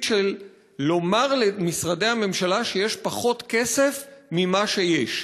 לומר למשרדי הממשלה שיש פחות כסף ממה שיש.